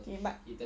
K but